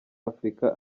afurika